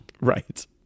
Right